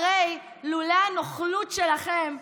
לולא הנוכלות שלכם,